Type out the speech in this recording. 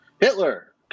Hitler